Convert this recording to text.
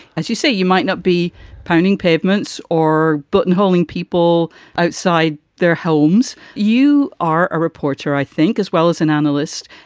as you say, you might not be pounding pavements or buttonholing people outside their homes. you are a reporter, i think, as well as an analyst.